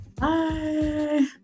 Bye